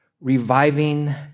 reviving